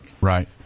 Right